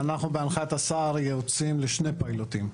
אנחנו בהנחיית השר יוצאים לשני פיילוטים,